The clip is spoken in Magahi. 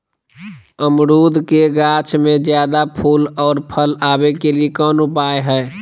अमरूद के गाछ में ज्यादा फुल और फल आबे के लिए कौन उपाय है?